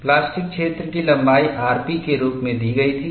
plastic क्षेत्र की लंबाई rp के रूप में दी गई थी